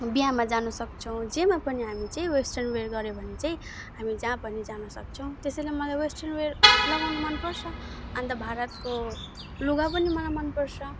बिहामा जान सक्छौँ जेमा पनि हामी जे वेस्टर्न वेर गर्यो भने चाहिँ हामी जहाँ पनि जान सक्छौँ त्यसैले मलाई वेस्टर्न वेर लगाउनु मनपर्छ अन्त भारतको लुगा पनि मलाई मनपर्छ